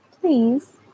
please